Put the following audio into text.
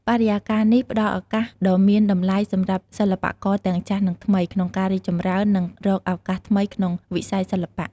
បរិយាកាសនេះផ្ដល់ឱកាសដ៏មានតម្លៃសម្រាប់សិល្បករទាំងចាស់និងថ្មី ក្នុងការរីកចម្រើន និងរកឱកាសថ្មីក្នុងវិស័យសិល្បៈ។